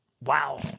Wow